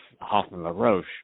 Hoffman-LaRoche